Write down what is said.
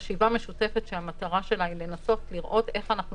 חשיבה משותפת שהמטרה שלה היא לנסות לראות איך אנחנו